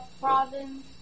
province